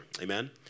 Amen